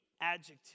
adjective